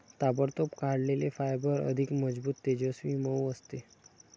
ताबडतोब काढलेले फायबर अधिक मजबूत, तेजस्वी, मऊ असते